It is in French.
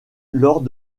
lors